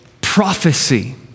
prophecy